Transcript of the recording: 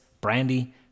Brandy